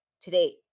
today